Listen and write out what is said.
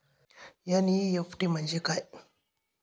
NEFT म्हणजे काय?